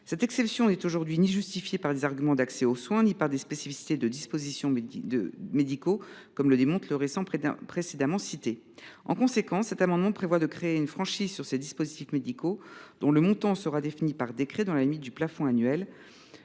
Cette exception n’est aujourd’hui justifiée ni par des arguments visant l’accès aux soins ni par des spécificités propres aux dispositifs médicaux, comme le démontre le rapport précédemment cité. En conséquence, cet amendement a pour objet de créer une franchise sur les dispositifs médicaux, dont le montant sera défini par décret dans la limite d’un plafond annuel.